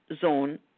zone